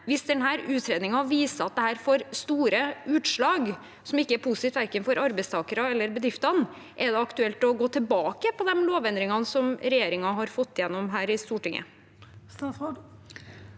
Hvis denne utredningen viser at dette får store utslag som ikke er positive for verken arbeidstakerne eller bedriftene: Er det aktuelt å gå tilbake på de lovendringene som regjeringen har fått igjennom her i Stortinget?